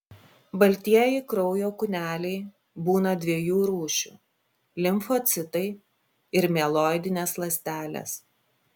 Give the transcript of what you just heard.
baltieji kraujo kūneliai būna dviejų rūšių limfocitai ir mieloidinės ląstelės